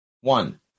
One